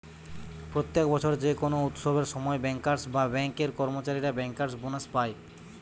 প্রত্যেক বছর যে কোনো উৎসবের সময় বেঙ্কার্স বা বেঙ্ক এর কর্মচারীরা বেঙ্কার্স বোনাস পায়